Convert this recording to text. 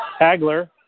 Hagler